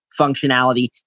functionality